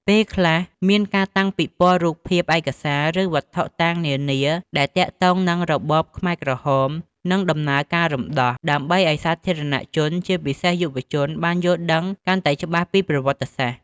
ពេលខ្លះ មានការតាំងពិព័រណ៍រូបភាព ឯកសារ ឬវត្ថុតាងនានាដែលទាក់ទងនឹងរបបខ្មែរក្រហម និងដំណើរការរំដោះ ដើម្បីឲ្យសាធារណជន ជាពិសេសយុវជន បានយល់ដឹងកាន់តែច្បាស់ពីប្រវត្តិសាស្ត្រ។